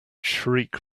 shriek